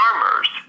farmers